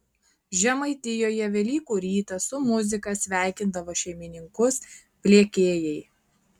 žemaitijoje velykų rytą su muzika sveikindavo šeimininkus pliekėjai